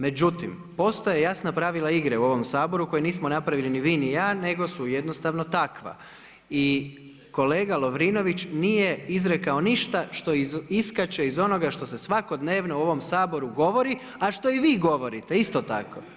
Međutim, postoje jasna pravila igre u ovom Saboru koje nismo napravili ni vi ni ja nego su jednostavno takva i kolega Lovrinović nije izrekao ništa što iskače iz onoga što se svakodnevno u ovom Saboru govori, a što i vi govorite isto tako.